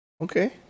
Okay